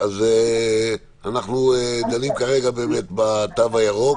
אנחנו דנים כרגע בתו הירוק,